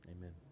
Amen